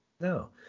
No